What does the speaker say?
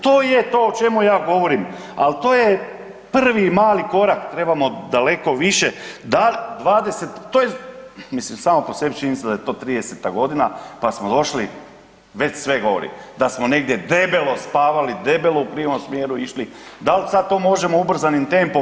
To je to o čemu ja govorim, al to je prvi mali korak, trebamo daleko više, to je, mislim samo po sebi čini mi se da je to 30.-ta godina, pa smo došli, već sve govori, da smo negdje debelo spavali, debelo u krivom smjeru išli, dal sad to možemo ubrzanim tempom?